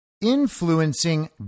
influencing